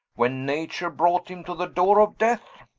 when nature brought him to the doore of death?